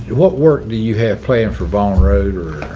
what work do you have planned for vaughn road or